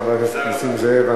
חבר הכנסת נסים זאב,